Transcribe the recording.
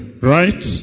Right